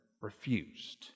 refused